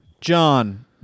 John